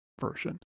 version